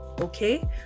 Okay